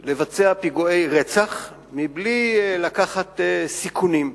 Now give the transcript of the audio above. יותר לבצע פיגועי רצח מבלי לקחת סיכונים.